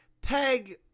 Peg